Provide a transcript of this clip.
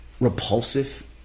repulsive